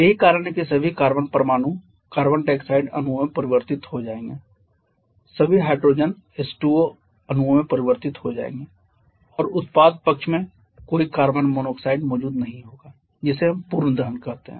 यही कारण है कि सभी कार्बन परमाणु कार्बन डाइऑक्साइड अणुओं में परिवर्तित हो जाएंगे सभी हाइड्रोजन H2O अणुओं में परिवर्तित हो जाएंगे और उत्पाद पक्ष में कोई कार्बन मोनोऑक्साइड मौजूद नहीं होगा जिसे हम पूर्ण दहन कहते हैं